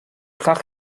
krach